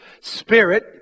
Spirit